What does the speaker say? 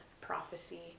prophecy